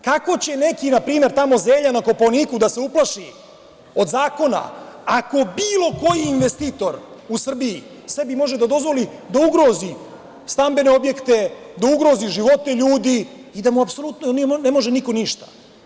Kako će neki, na primer, tamo Zelja na Kopaoniku da se uplaši od zakona, ako bilo koji investitor u Srbiji sebi može da dozvoli da ugrozi stambene objekte, da ugrozi živote ljudi i da mu apsolutno ne može niko ništa?